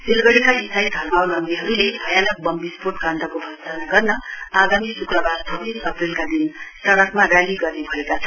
सिलगढीका इसाई धर्मावलम्बीहरूले भयानक बम विस्फोट काण्डकको भर्त्सना गर्न आगामी शुक्रबार छब्बीस अप्रेलका दिन सड़कमा रेली गर्ने भएका छन्